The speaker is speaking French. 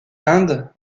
inde